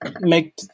make